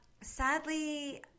sadly